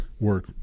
work